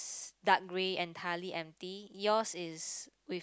dark green and tally empty yours is with